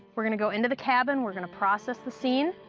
we're going to go into the cabin, we're going to process the scene,